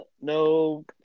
No